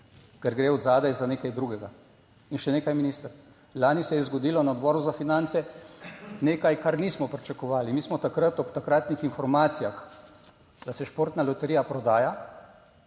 ker gre od zadaj za nekaj drugega. In še nekaj, minister, lani se je zgodilo na Odboru za finance nekaj, kar nismo pričakovali. Mi smo takrat ob takratnih informacijah, da se športna loterija prodaja